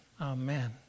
amen